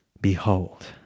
Behold